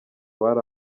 bari